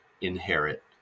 inherit